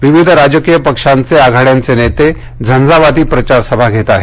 विविध राजकीय पक्षांचे आघाड्यांचे नेते झंझावाती प्रचार सभा घेत आहेत